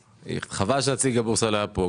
חבל שנציג הבורסה לא כאן.